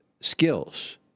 skills